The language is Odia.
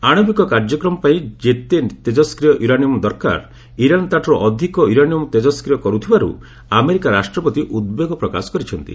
ଆଣବିକ କାର୍ଯ୍ୟକ୍ରମପାଇଁ ଯେତେ ତେଜଷ୍ଟ୍ରିୟ ୟୁରାନିୟମ୍ ଦରକାର ଇରାନ୍ ତା'ଠାରୁ ଅଧିକ ୟୁରାନିୟମ୍ ତେକଷ୍କ୍ରିୟ କରୁଥିବାରୁ ଆମେରିକା ରାଷ୍ଟ୍ରପତି ଉଦ୍ବେଗ ପ୍ରକାଶ କରିଛନ୍ତି